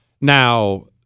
Now